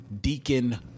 Deacon